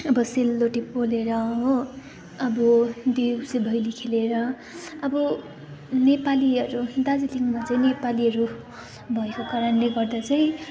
अब सेलरोटी पोलेर हो अब देउसी भैली खेलेर अब नेपालीहरू दार्जिलिङमा चाहिँ नेपालीहरू भएको कारणले गर्दा चाहिँ